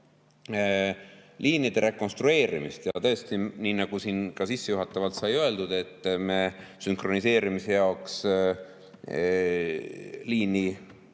liinide rekonstrueerimist, siis tõesti, nii nagu siin sissejuhatavalt sai öeldud, sünkroniseerimise jaoks me liinid